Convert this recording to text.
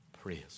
praise